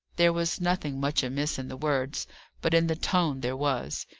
there was nothing much amiss in the words but in the tone there was.